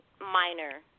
minor